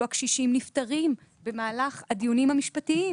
הקשישים נפטרים במהלך הדיונים המשפטיים.